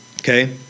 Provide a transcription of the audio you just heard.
Okay